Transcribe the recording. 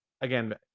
again